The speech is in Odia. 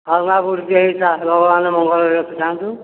ହଁ ମା' ବୁଢ଼ୀଟିଏ ହୋଇଥା ଭଗବାନ ମଙ୍ଗଳରେ ରଖିଥାନ୍ତୁ